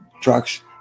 trucks